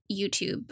YouTube